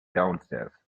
downstairs